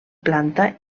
planta